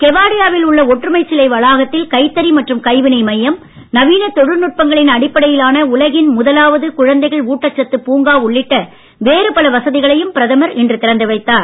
கெவாடியா வில் உள்ள ஒற்றுமை சிலை வளாகத்தில் கைத்தறி மற்றும் கைவினை மையம் நவீன தொழில்நுட்பங்களின் அடிப்படையிலான உலகின் முதலாவது குழந்தைகள் ஊட்டச்சத்து பூங்கா உள்ளிட்ட வேறு பல வசதிகளையும் பிரதமர் இன்று திறந்து வைத்தார்